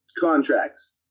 contracts